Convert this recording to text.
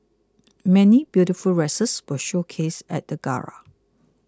many beautiful dresses were showcased at the gala